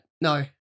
No